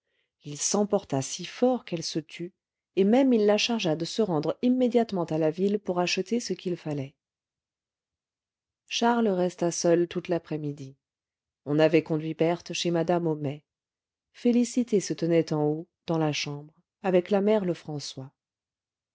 il s'emporta si fort qu'elle se tut et même il la chargea de se rendre immédiatement à la ville pour acheter ce qu'il fallait charles resta seul toute l'après-midi on avait conduit berthe chez madame homais félicité se tenait en haut dans la chambre avec la mère lefrançois